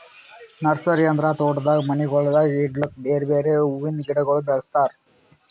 nursery ಅಂದುರ್ ತೋಟದಾಗ್ ಮನಿಗೊಳ್ದಾಗ್ ಇಡ್ಲುಕ್ ಬೇರೆ ಬೇರೆ ಹುವಿಂದ್ ಗಿಡಗೊಳ್ ಬೆಳುಸ್ತಾರ್